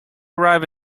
arrive